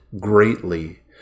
greatly